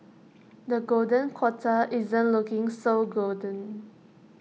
the golden quarter isn't looking so golden